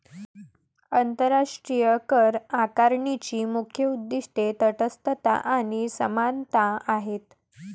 आंतरराष्ट्रीय करआकारणीची मुख्य उद्दीष्टे तटस्थता आणि समानता आहेत